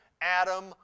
Adam